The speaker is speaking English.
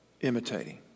imitating